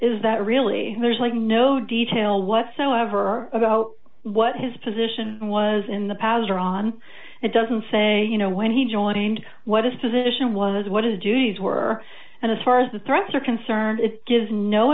is that really there's like no detail whatsoever about what his position was in the past or on it doesn't say you know when he joined and what his position was what his duties were and as far as the threats are concerned it gives no